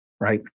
right